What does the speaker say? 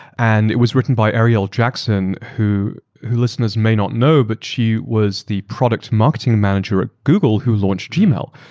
and it was written by arielle jackson, who who listeners may not know but she was the product marketing manager of ah google who launched gmail.